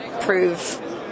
prove